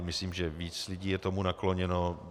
Myslím, že víc lidí je tomu nakloněno.